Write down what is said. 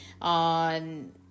on